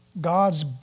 God's